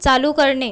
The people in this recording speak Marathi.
चालू करणे